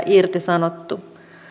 irtisanottu